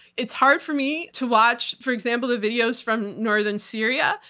it's hard for me to watch, for example, the videos from northern syria,